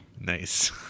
Nice